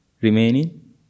remaining